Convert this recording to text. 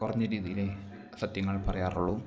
കുറഞ്ഞ രീതിയിലേ സത്യങ്ങൾ പറയാറുള്ളൂ